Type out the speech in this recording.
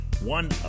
one